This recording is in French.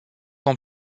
ans